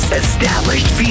established